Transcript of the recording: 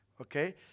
Okay